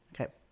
Okay